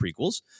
prequels